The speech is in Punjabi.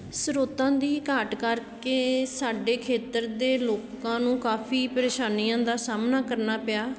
ਸਰੋਤਾਂ ਦੀ ਘਾਟ ਕਰਕੇ ਸਾਡੇ ਖੇਤਰ ਦੇ ਲੋਕਾਂ ਨੂੰ ਕਾਫੀ ਪਰੇਸ਼ਾਨੀਆਂ ਦਾ ਸਾਹਮਣਾ ਕਰਨਾ ਪਿਆ